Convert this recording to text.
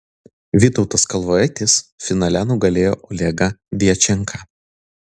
vytautas kalvaitis finale nugalėjo olegą djačenką